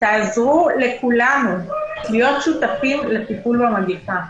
תעזרו לכולנו להיות שותפים לטיפול במגפה.